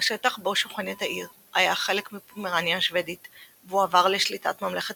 השטח בו שוכנת העיר היה חלק מפומרניה השוודית והוא הועבר לשליטת ממלכת